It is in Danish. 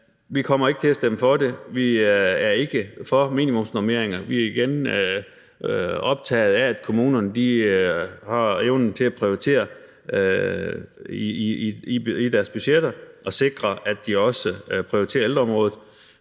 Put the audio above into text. vi kommer ikke til at stemme for det. Vi er ikke for minimumsnormeringer. Vi er igen optaget af, at kommunerne har evnen til at prioritere i deres budgetter og sikre, at de også prioriterer ældreområdet.